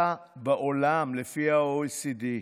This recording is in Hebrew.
בחוזקה בעולם, לפי ה-OECD,